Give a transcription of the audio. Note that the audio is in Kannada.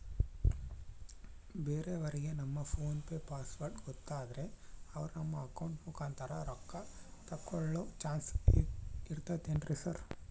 ಬೇರೆಯವರಿಗೆ ನಮ್ಮ ಫೋನ್ ಪೆ ಪಾಸ್ವರ್ಡ್ ಗೊತ್ತಾದ್ರೆ ಅವರು ನಮ್ಮ ಅಕೌಂಟ್ ಮುಖಾಂತರ ರೊಕ್ಕ ತಕ್ಕೊಳ್ಳೋ ಚಾನ್ಸ್ ಇರ್ತದೆನ್ರಿ ಸರ್?